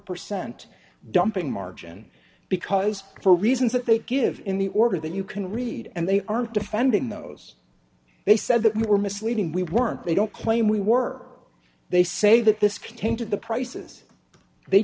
percent dumping margin because for reasons that they give in the order that you can read and they are defending those they said that we were misleading we weren't they don't claim we work they say that this came to the prices they